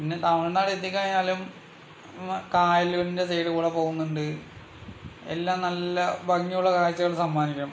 പിന്നെ തമിഴ്നാട് എത്തി കഴിഞ്ഞാലും കായലിൻ്റെ സൈഡിൽ കൂടി പോകുന്നുണ്ട് എല്ലാം നല്ല ഭംഗിയുള്ള കാഴ്ചകൾ സമ്മാനിക്കും